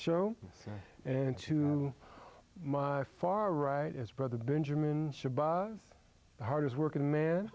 show and to my far right as brother benjamin the hardest working man